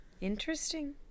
Interesting